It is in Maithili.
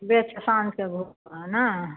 बेच खानके ने